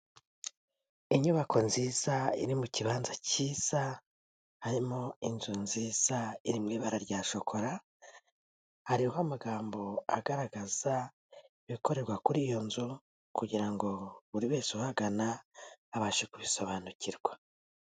Inyubako nziza iri mu kibanza kiza, harimo inzu nziza iri mu ibara rya shokora, hariho amagambo agaragaza ibikorerwa kuri iyo nzu kugira ngo buri wese uhagana abashe kubisobanukirwa.